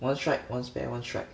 one strike one spare one strike